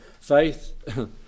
Faith